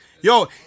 Yo